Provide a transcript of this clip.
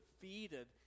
defeated